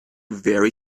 very